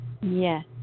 Yes